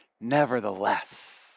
nevertheless